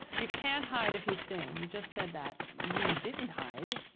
you can't hide if you sing. you just said that. you didn't hide.